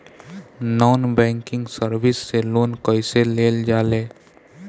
Non banking service से loan कैसे लेल जा ले?